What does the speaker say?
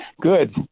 good